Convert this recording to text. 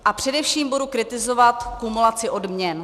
A především budu kritizovat kumulaci odměn.